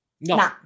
No